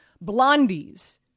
Blondie's